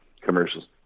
commercials